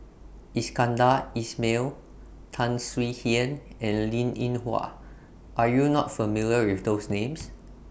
Iskandar Ismail Tan Swie Hian and Linn in Hua Are YOU not familiar with those Names